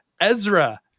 Ezra